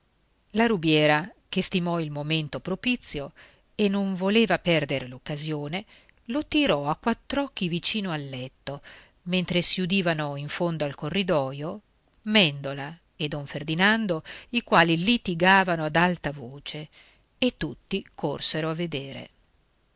la rubiera che stimò il momento propizio e non voleva perdere l'occasione lo tirò a quattr'occhi vicino al letto mentre si udivano in fondo al corridoio mèndola e don ferdinando i quali litigavano ad alta voce e tutti corsero a vedere